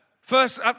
first